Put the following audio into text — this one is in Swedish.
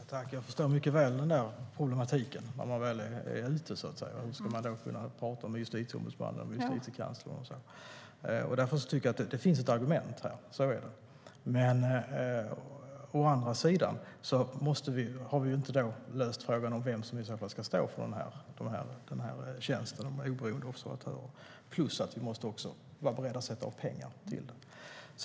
Herr talman! Jag förstår mycket väl problematiken när man väl är ute ur landet. Hur ska man då kunna prata med Justitieombudsmannen eller Justitiekanslern? Det finns ett argument här. Å andra sidan har vi inte löst frågan om vem som i så fall ska stå för tjänsten med oberoende observatörer. Dessutom måste vi vara beredda att sätta av pengar till det.